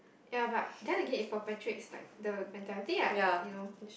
ya but then again it perpetuates like the mentality ah that you know